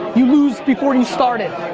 you lose before you started.